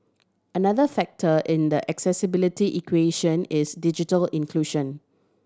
another factor in the accessibility equation is digital inclusion